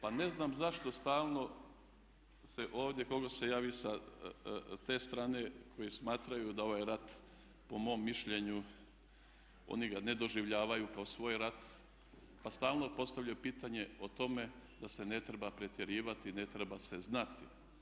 Pa ne znam zašto stalno se ovdje tko god se javi sa te strane koji smatraju da ovaj rat po mom mišljenju oni ga ne doživljaju kao svoj rat, pa stalno postavljaju pitanje o tome da se ne treba pretjerivati, ne treba se znati.